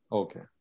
okay